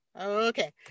okay